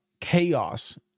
chaos